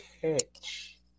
catch